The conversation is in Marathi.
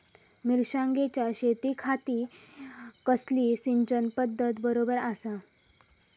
मिर्षागेंच्या शेतीखाती कसली सिंचन पध्दत बरोबर आसा?